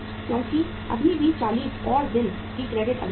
क्योंकि अभी भी 40 और दिन की क्रेडिट अवधि है